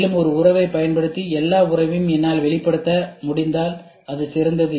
மேலும் ஒரு உறவைப் பயன்படுத்தி எல்லா உறவையும் என்னால் வெளிப்படுத்த முடிந்தால் அது சிறந்தது